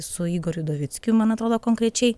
su igoriu udovickiu man atrodo konkrečiai